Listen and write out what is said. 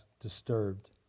disturbed